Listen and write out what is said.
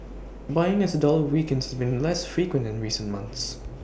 buying as the dollar weakens has been less frequent in recent months